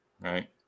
Right